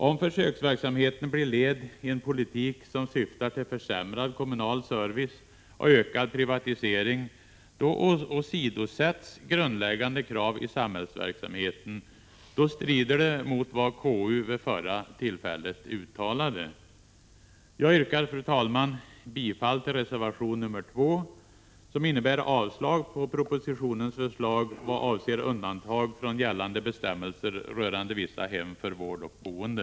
| Om försöksverksamheten blir led i en politik, som syftar till försämrad Eb SR kommunal service och ökad privatisering, då åsidosätts grundläggande krav i Verner I YRKE munerna samhällsverksamheten. Då strider det mot vad KU vid förra tillfället uttalade. Jag yrkar, fru talman, bifall till reservation nr 2, som innebär avslag på propositionens förslag vad avser undantag från gällande bestämmelser rörande vissa hem för vård och boende.